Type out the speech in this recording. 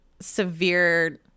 severe